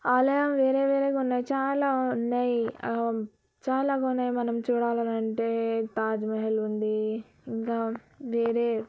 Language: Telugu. ఆలయం వేరే వేరేగా ఉన్నాయి చాలా ఉన్నాయి చాలా ఉన్నాయి మనం చూడాలని అంటే తాజ్ మహల్ ఉంది ఇంకా వేరే